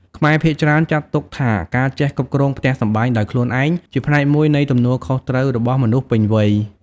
ខ្មែរភាគច្រើនចាត់ទុកថា ការចេះគ្រប់គ្រងផ្ទះសម្បែងដោយខ្លួនឯង ជាផ្នែកមួយនៃទំនួលខុសត្រូវរបស់មនុស្សពេញវ័យ។